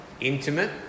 intimate